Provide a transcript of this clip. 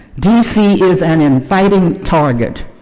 d c. is an inviting target.